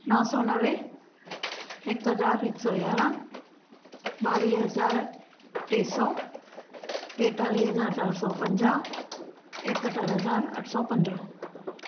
नंव सौ नवे हिकु हज़ार हिकु सौ यारहां ॿावीह हज़ार टे सौ टेतालीह हज़ार चार सौ पंजाहु एकहतर हज़ार अठ सौ पंदरहां